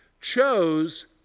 chose